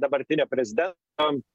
dabartinio prezidento